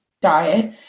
diet